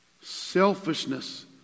Selfishness